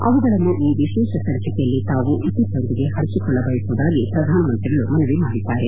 ಅವುಗಳನ್ನು ಈ ವಿಶೇಷ ಸಂಚಿಕೆಯಲ್ಲಿ ತಾವು ಇತರ ಜನರೊಂದಿಗೆ ಹಂಚಿಕೊಳ್ಳಬಯಸುವುದಾಗಿ ಪ್ರಧಾನಮಂತ್ರಿಗಳು ಮನವಿ ಮಾಡಿದ್ದಾರೆ